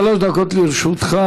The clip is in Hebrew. שלוש דקות לרשותך.